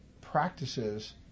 practices